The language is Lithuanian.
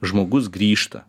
žmogus grįžta